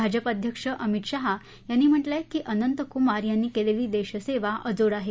भाजप अध्यक्ष अमित शाह यांनी म्हटलंय की अनंत कुमार यांनी केलेली देशसेवा अजोड आहे